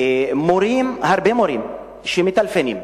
הרבה מורים מטלפנים,